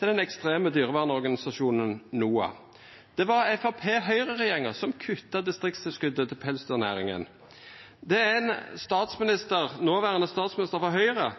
til den ekstreme dyrevernorganisasjonen NOAH. Det var Framstegsparti–Høgre-regjeringa som kutta distriktstilskotet til pelsdyrnæringa. Det er ein